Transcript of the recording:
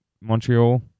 Montreal